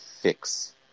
fix